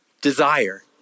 desire